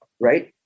right